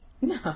No